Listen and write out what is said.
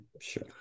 sure